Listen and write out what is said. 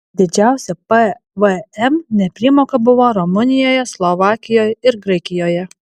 didžiausia pvm nepriemoka buvo rumunijoje slovakijoje ir graikijoje